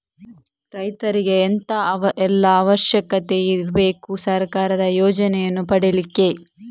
ರೈತರಿಗೆ ಎಂತ ಎಲ್ಲಾ ಅವಶ್ಯಕತೆ ಇರ್ಬೇಕು ಸರ್ಕಾರದ ಯೋಜನೆಯನ್ನು ಪಡೆಲಿಕ್ಕೆ?